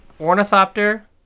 ornithopter